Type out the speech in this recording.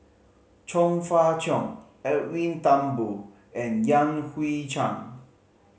Chong Fah Cheong Edwin Thumboo and Yan Hui Chang